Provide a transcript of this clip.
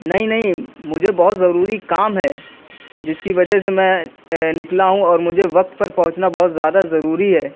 نہیں نہیں مجھے بہت ضروری کام ہے جس کی وجہ سے میں نکلا ہوں اور مجھے وقت پر پہنچنا بہت زیادہ ضروری ہے